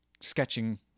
sketching